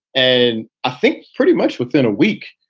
and i think pretty much within a week,